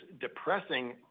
depressing